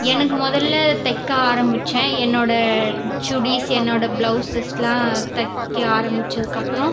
எனக்கு முதல்ல தைக்க ஆரம்பிச்சேன் என்னோடயச் சுடிஸ் என்னோடய பிளவுஸஸ்லாம் தைக்க ஆரம்பிச்சதுக்கு அப்புறம்